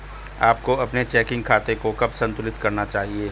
आपको अपने चेकिंग खाते को कब संतुलित करना चाहिए?